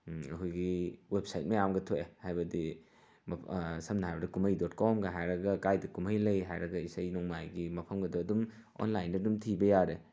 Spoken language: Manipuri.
ꯑꯩꯈꯣꯏꯒꯤ ꯋꯦꯕꯁꯥꯏꯠ ꯃꯌꯥꯝꯒ ꯊꯣꯛꯑꯦ ꯍꯥꯏꯕꯗꯤ ꯁꯝꯅ ꯍꯥꯏꯕꯗ ꯀꯨꯝꯍꯩ ꯗꯣꯠ ꯀꯣꯝꯒ ꯍꯥꯏꯔꯒ ꯀꯥꯏꯗ ꯀꯨꯝꯍꯩ ꯂꯩ ꯍꯥꯏꯔꯒ ꯏꯁꯩ ꯅꯣꯡꯃꯥꯏꯒꯤ ꯃꯐꯝꯒꯗꯣ ꯑꯗꯨꯝ ꯑꯣꯟꯂꯥꯏꯟꯗ ꯑꯗꯨꯝ ꯊꯤꯕ ꯌꯥꯔꯦ